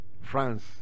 France